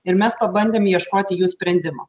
ir mes pabandėm ieškoti jų sprendimo